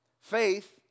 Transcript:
Faith